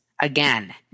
again